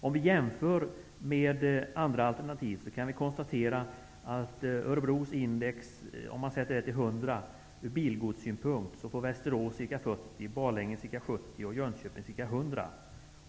Om vi jämför med andra alternativ kan vi konstatera att om Örebros index sätts till 100 ur bilgodssynpunkt får Västerås ca 40, Borlänge ca 70 och Jönköping ca 100.